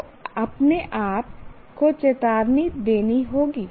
तो अपने आप को चेतावनी देनी होगी